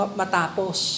matapos